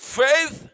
faith